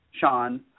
Sean